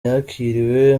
yakiriwe